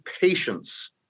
patience